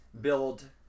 build